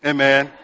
Amen